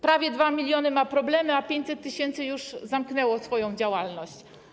Prawie 2 mln ma problemy, a 500 tys. już zamknęło swoją działalność.